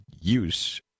use